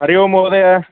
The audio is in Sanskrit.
हरिः ओम् महोदय